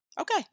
Okay